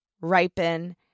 ripen